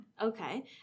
Okay